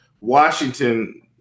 Washington